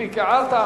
מספיק הערת.